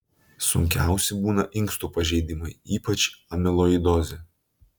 sunkiausi būna inkstų pažeidimai ypač amiloidozė